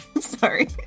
Sorry